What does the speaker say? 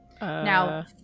now